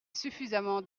suffisamment